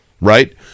right